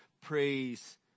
praise